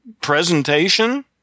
presentation